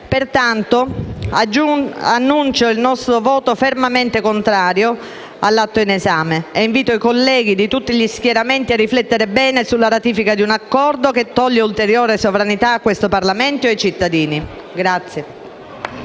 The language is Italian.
Pertanto, dichiaro il voto fermamente contrario del M5S all'atto in esame e invito i colleghi di tutti gli schieramenti a riflettere bene sulla ratifica di un Accordo che toglie ulteriore sovranità a questo Parlamento e ai cittadini.